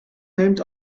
named